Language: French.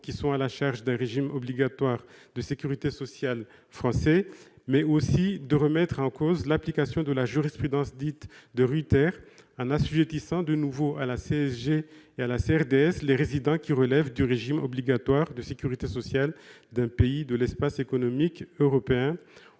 à la charge d'un régime obligatoire de sécurité sociale français, mais aussi à remettre en cause l'application de la jurisprudence dite « de Ruyter » en assujettissant de nouveau à la CSG et à la CRDS les résidents relevant du régime obligatoire de sécurité sociale d'un pays de l'Espace économique européen